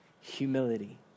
humility